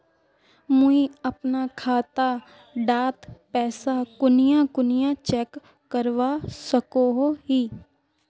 मुई अपना खाता डात पैसा कुनियाँ कुनियाँ चेक करवा सकोहो ही?